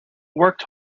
worked